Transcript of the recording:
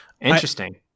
Interesting